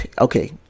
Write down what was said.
Okay